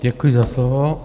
Děkuji za slovo.